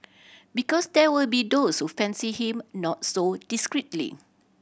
because there will be those who fancy him not so discreetly